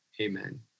Amen